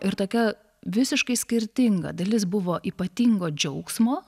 ir tokia visiškai skirtinga dalis buvo ypatingo džiaugsmo